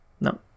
No